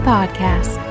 Podcast